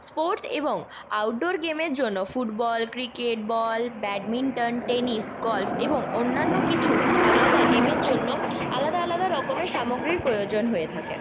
sports এবং outdoor গেমের জন্য football cricket ball badminton tennis golf এবং অন্যান্য কিছু আলাদা গেমের জন্য আলাদা আলাদা রকমের সামগ্রীর প্রয়োজন হয়ে থাকে